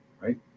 right